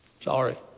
Sorry